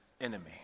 enemy